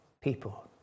people